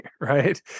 right